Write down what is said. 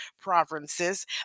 provinces